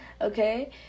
Okay